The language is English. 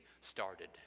started